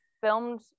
filmed